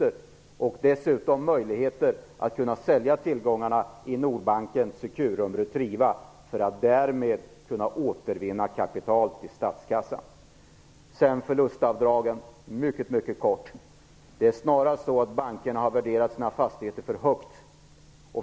Det skall dessutom finnas möjlighet att sälja tillgångarna i Nordbanken, Securum och Retriva för att därmed återvinna kapital till statskassan. Jag vill kommentera förlustavdragen mycket kort: Det är snarare så att bankerna har värderat sina fastigheter för högt.